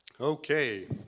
Okay